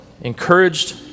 encouraged